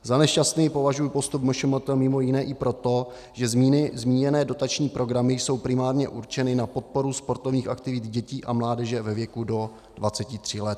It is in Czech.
Za nešťastný považuji postup MŠMT mimo jiné i proto, že zmíněné dotační programy jsou primárně určeny na podporu sportovních aktivit dětí a mládeže ve věku do 23 let.